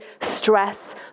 stress